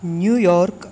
New York